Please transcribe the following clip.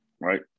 right